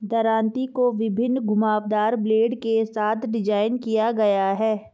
दरांती को विभिन्न घुमावदार ब्लेड के साथ डिज़ाइन किया गया है